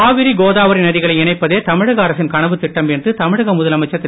காவிரி கோதாவரி நதிகளை இணைப்பதே தமிழக அரசின் கனவுத் திட்டம் என்று தமிழக முதலமைச்சர் திரு